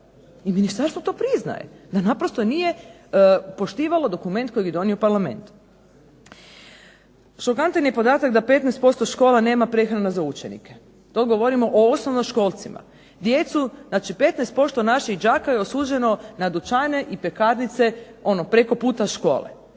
I Ministarstvo to priznaje. Da naprosto nije poštivalo dokument kojeg je donio Parlament. Šokantan je podatak da 15% škola nema prehranu za učenike, to govorimo o osnovnoškolcima. Djecu znači 15% naših đaka je osuđeno na dućane i pekarnice preko puta škole,